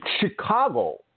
Chicago